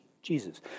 Jesus